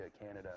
Canada